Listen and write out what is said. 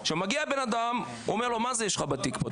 מגיע בן אדם, הוא אומר לו: מה יש לך בתיק פה?